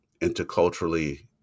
interculturally